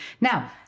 Now